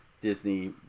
Disney